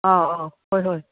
ꯑꯧ ꯑꯧ ꯍꯣꯏ ꯍꯣꯏ